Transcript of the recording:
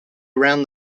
around